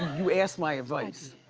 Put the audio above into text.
you asked my advice.